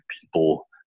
people